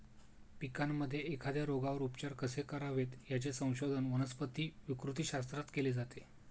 पिकांमध्ये एखाद्या रोगावर उपचार कसे करावेत, याचे संशोधन वनस्पती विकृतीशास्त्रात केले जाते